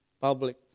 public